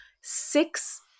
six